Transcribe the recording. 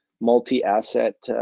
multi-asset